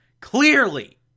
Clearly